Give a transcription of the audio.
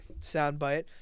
soundbite